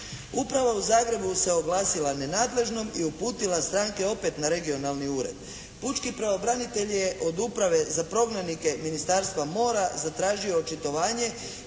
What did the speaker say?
Uprava u Zagrebu se oglasila nenadležnom i uputila stranke opet na regionalni ured. Pučki pravobranitelj je od uprave za prognanike Ministarstva mora zatražio očitovanje